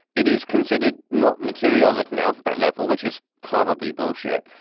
it is considered not material with an alphabet level, which is probably bullshit.